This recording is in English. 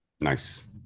Nice